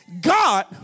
God